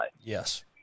yes